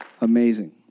Amazing